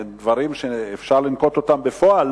הדברים שאפשר לנקוט בפועל,